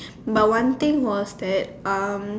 but one thing was that um